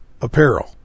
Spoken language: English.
apparel